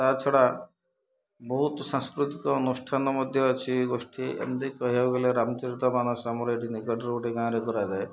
ତା ଛଡ଼ା ବହୁତ ସାଂସ୍କୃତିକ ଅନୁଷ୍ଠାନ ମଧ୍ୟ ଅଛି ଗୋଷ୍ଠୀ ଏମିତି କହିବାକୁ ଗଲେ ରାମଚରିତ ମାନସ ଆମର ଏଠି ନିକଟରୁ ଗୋଟେ ଗାଁରେ କରାଯାଏ